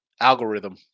algorithm